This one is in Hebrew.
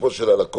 לכספו של הלקוח?